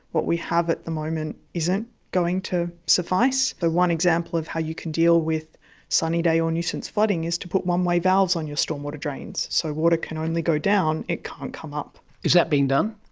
what we have at the moment isn't going to suffice. the one example of how you can deal with sunny-day or nuisance flooding is to put one-way valves on your stormwater drains, so water can only go down, it can't come up. is that being done?